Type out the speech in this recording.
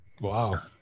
Wow